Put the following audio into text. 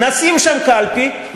נשים שם קלפי,